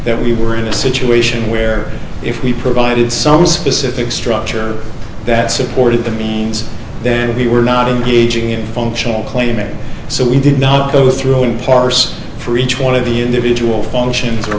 that we were in a situation where if we provided some specific structure that supported the means then if you were not in gauging a functional claim so we did not go through and parse for each one of the individual functions or